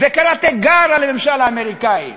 וקרא תיגר על הממשל האמריקני.